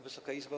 Wysoka Izbo!